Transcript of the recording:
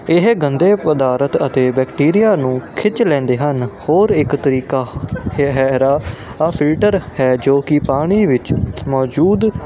ਇਹ ਗੰਦੇ ਪਦਾਰਥ ਅਤੇ ਬੈਕਟੀਰੀਆ ਨੂੰ ਖਿੱਚ ਲੈਂਦੇ ਹਨ ਹੋਰ ਇੱਕ ਤਰੀਕਾ ਹੈ ਹੈਗਾ ਆਹ ਫਿਲਟਰ ਹੈ ਜੋ ਕਿ ਪਾਣੀ ਵਿੱਚ ਮੌਜੂਦ